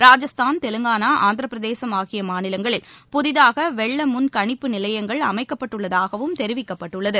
ராஜஸ்தான் தெலங்கானா ஆந்திரப்பிரதேசம் ஆகிய மாநிலங்களில் புதிதாக வெள்ள முன் கணிப்பு நிலையங்கள் அமைக்கப்பட்டுள்ளதாகவும் தெரிவிக்கப்பட்டுள்ளது